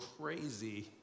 crazy